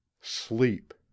Sleep